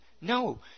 No